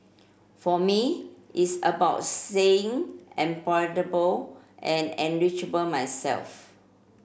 for me it's about staying employable and myself